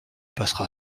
passera